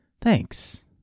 Thanks